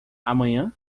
amanhã